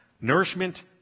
nourishment